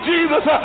Jesus